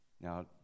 Now